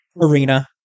arena